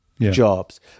jobs